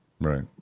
Right